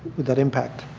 that impact.